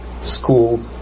school